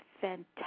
fantastic